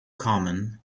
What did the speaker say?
common